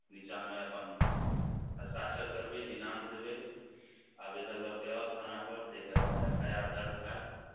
निचाँमे अपन हस्ताक्षर करबै दिनाङ्क देबै आवेदन लऽके आउ थानापर ताहिके बाद एफ आइ आर दर्ज हैत